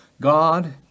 God